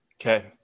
Okay